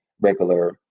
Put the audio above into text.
regular